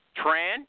Tran